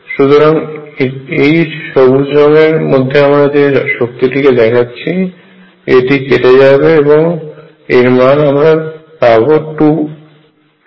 সুতরাং এই সবুজ রঙের মধ্যে আমাদরা যে শক্তিটিকে দেখাচ্ছি এটি কেটে যাবে এবং এর মান আমরা 2 পাব